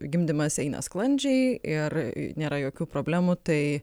gimdymas eina sklandžiai ir nėra jokių problemų tai